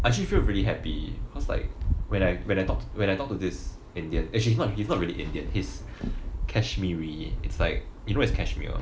I actually feel pretty happy cause like when I when I talk when I talk to this indian actually not he's not really indian he's kashmiri it's like you know where is kashmir